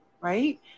right